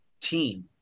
team